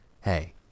hey